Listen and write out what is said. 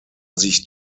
sich